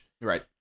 right